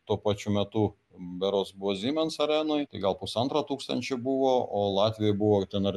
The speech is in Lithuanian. tuo pačiu metu berods buvo siemens arenoj tai gal pusantro tūkstančio buvo o latvijoj buvo ten ar